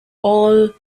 all